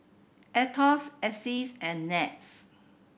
Aetos AXS and NETS